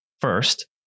first